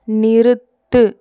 நிறுத்து